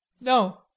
No